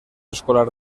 escolar